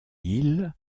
îles